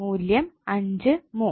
മൂല്യം 3 മോ